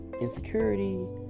insecurity